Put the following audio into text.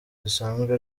zisanzwe